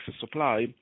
supply